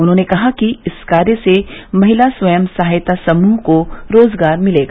उन्होंने कहा कि इस कार्य से महिला स्वयं सहायता समूह को रोजगार मिलेगा